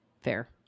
Fair